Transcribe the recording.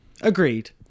Agreed